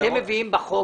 אתם מביאים בחוק